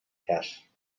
cas